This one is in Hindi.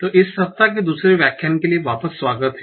तो इस सप्ताह के दूसरे व्याख्यान के लिए वापस स्वागत है